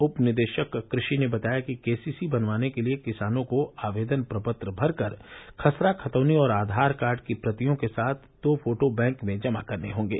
उप निदेशक कृषि ने बताया कि केसीसी बनवाने के लिए किसानों को आवेदन प्रपत्र भरकर खसरा खतौनी और आधार कार्ड की प्रतियों के साथ दो फोटो बैंक में जमा करने होंगे